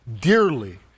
dearly